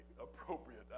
appropriate